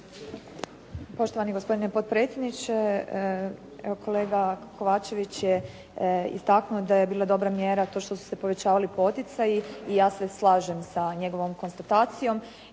Poštovani gospodine potpredsjedniče. Evo kolega Kovačević je istaknuo da je bila dobra mjera to što su se povećavali poticaji i ja se slažem sa njegovom konstatacijom,